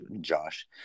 Josh